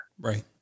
right